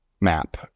map